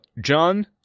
John